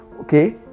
okay